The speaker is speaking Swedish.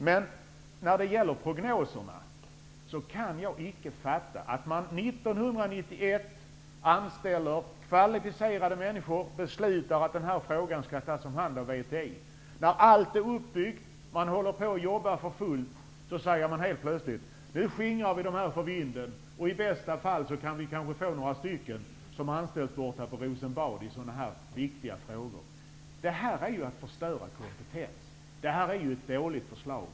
Men när det gäller prognoserna kan jag icke fatta att man 1991 anställer kvalificerade människor och beslutar att den här frågan skall tas om hand av VTI. När allt är uppbyggt och de håller på att jobba för fullt säger man helt plötsligt: Nu skingrar vi de här människorna för vinden. I bästa fall kan vi kanske få några stycken anställda borta på Rosenbad, som kan arbeta med sådana här viktiga frågor. Detta är att förstöra kompetens. Det är ett dåligt förslag.